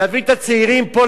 להביא את הצעירים לפה,